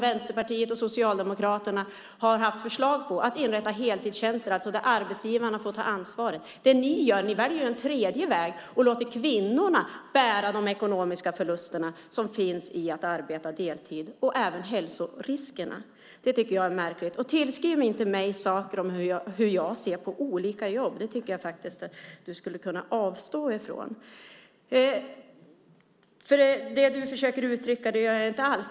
Vänsterpartiet och Socialdemokraterna har föreslagit att man ska inrätta heltidstjänster, vilket innebär att arbetsgivaren får ta ansvaret. Ni väljer en tredje väg och låter kvinnorna bära de ekonomiska förluster och även de hälsorisker som finns i att arbeta deltid. Jag tycker att det är märkligt. Jag tycker också att du ska avstå från att tillskriva mig åsikter om hur jag ser på olika yrken!